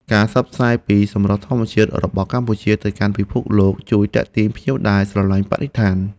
ការផ្សព្វផ្សាយពីសម្រស់ធម្មជាតិរបស់កម្ពុជាទៅកាន់ពិភពលោកជួយទាក់ទាញភ្ញៀវដែលស្រឡាញ់បរិស្ថាន។